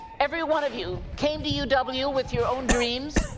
every one of you came to uw ah but uw with your own dreams,